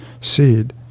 seed